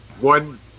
one